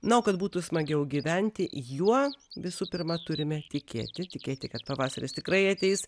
na o kad būtų smagiau gyventi juo visų pirma turime tikėti tikėti kad pavasaris tikrai ateis